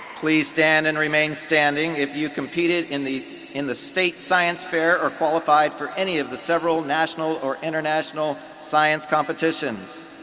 please stand and remain standing if you competed in the in the state science fair or qualified for any of the several national or international science competitions.